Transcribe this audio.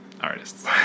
artists